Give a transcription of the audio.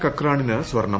കക്കാണിന് സ്വർണ്ണം